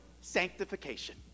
sanctification